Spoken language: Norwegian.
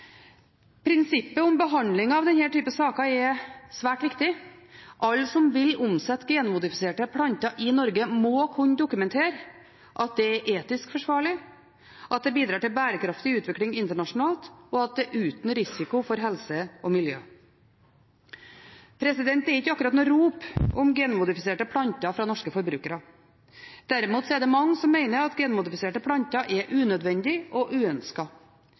Prinsippet om behandling av denne typen saker er svært viktig. Alle som vil omsette genmodifiserte planter i Norge, må kunne dokumentere at det er etisk forsvarlig, at det bidrar til bærekraftig utvikling internasjonalt, og at det er uten risiko for helse og miljø. Det er ikke akkurat noe rop om genmodifiserte planter fra norske forbrukere. Derimot er det mange som mener at genmodifiserte planter er unødvendig og